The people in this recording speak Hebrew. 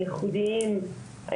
הייחודיים,